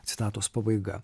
citatos pabaiga